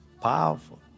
Powerful